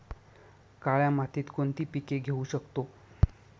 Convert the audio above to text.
काळ्या मातीत कोणती पिके घेऊ शकतो?